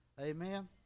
amen